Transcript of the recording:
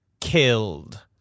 killed